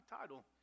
title